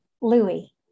Louis